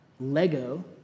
lego